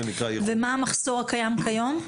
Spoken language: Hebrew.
מה המחסור הקיים כיום?